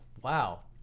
wow